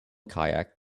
kayak